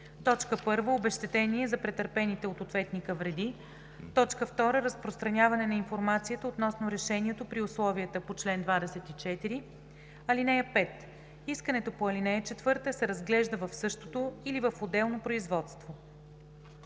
1. обезщетение за претърпените от ответника вреди; 2. разпространяване на информацията относно решението при условията по чл. 24. (5) Искането по ал. 4 се разглежда в същото или в отделно производство.“